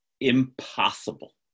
impossible